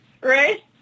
right